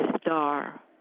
star